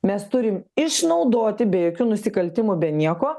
mes turim išnaudoti be jokių nusikaltimų be nieko